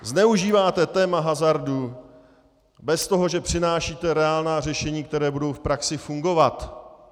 Zneužíváte téma hazardu bez toho, že přinášíte reálná řešení, která budou v praxi fungovat.